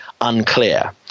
unclear